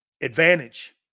Advantage